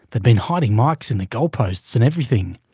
they'd been hiding mikes in the goal posts and everything!